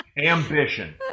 ambition